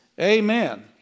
Amen